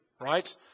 right